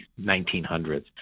1900s